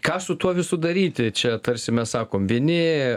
ką su tuo visu daryti čia tarsi mes sakom vieni